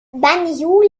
banjul